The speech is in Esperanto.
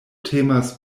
temas